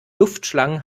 luftschlangen